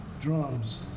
drums